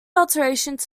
alterations